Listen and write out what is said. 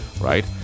right